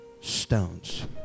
Stones